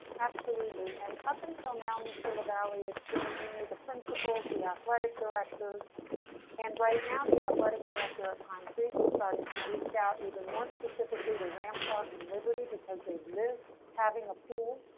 absolutely and up until now, mr lavalley. it's been mainly the principles the athletic director's and right now the athletic director at pine creek is starting to reach out even more specifically to rampart and liberty because they've lived having a pool.